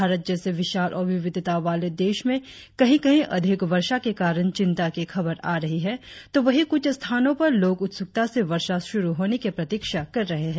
भारत जैसे विशाल और विविधता वाले देश में कही कही अधिक वर्षा के कारण चिंता की खबर आ रही है तो वही कुछ स्थानो पर लोग उत्सुकता से वर्षा शुरु होने की प्रतिक्षा कर रहे है